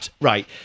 Right